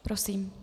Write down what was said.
Prosím.